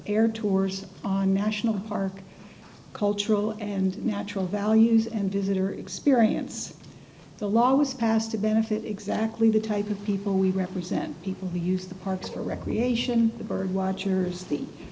air tours on national park cultural and natural values and visitor experience the law was passed to benefit exactly the type of people we represent people who use the parks for recreation the bird watcher